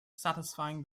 satisfying